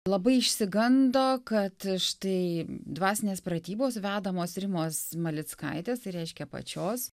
labai išsigando kad štai dvasinės pratybos vedamos rimos malickaitės tai reiškia pačios